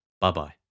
Bye-bye